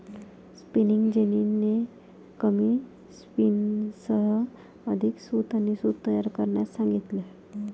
spinning जेनीने कमी स्पिनर्ससह अधिक सूत आणि सूत तयार करण्यास सांगितले